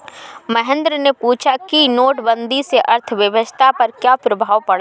महेंद्र ने पूछा कि नोटबंदी से अर्थव्यवस्था पर क्या प्रभाव पड़ा